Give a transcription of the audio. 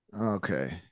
Okay